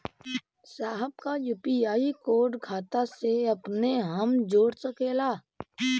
साहब का UPI code खाता से अपने हम जोड़ सकेला?